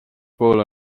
pool